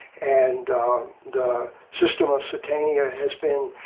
and the system of satania has been